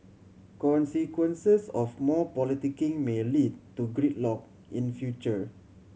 consequences of more politicking may lead to gridlock in future